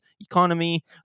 economy